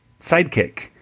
sidekick